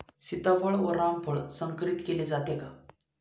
सीताफळ व रामफळ संकरित केले जाते का?